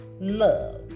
Love